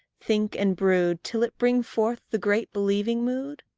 think and brood till it bring forth the great believing mood?